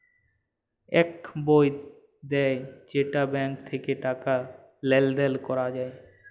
ইক বই দেয় যেইটা ব্যাঙ্ক থাক্যে টাকা লেলদেল ক্যরা যায়